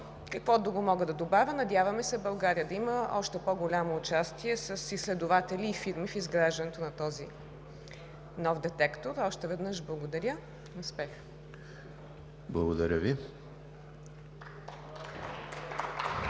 Какво друго мога да добавя? Надяваме се България да има още по-голямо участие с изследователи и фирми в изграждането на този нов детектор. Още веднъж благодаря. Успех! (Ръкопляскания